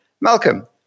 Malcolm